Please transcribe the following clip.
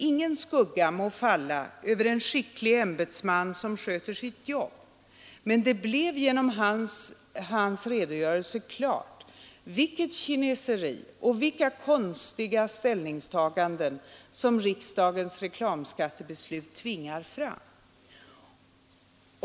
Ingen skugga må falla över en skicklig ämbetsman som sköter sitt jobb, men det blev genom hans redogörelse klart vilket kineseri och vilka konstiga ställningstaganden som riksdagens reklamskattebeslut tvingar fram.